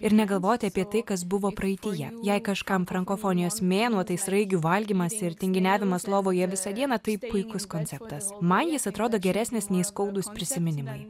ir negalvoti apie tai kas buvo praeityje jei kažkam frankofonijos mėnuo tai sraigių valgymas ir tinginiavimas lovoje visą dieną tai puikus konceptas man jis atrodo geresnis nei skaudūs prisiminimai